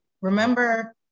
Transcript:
Remember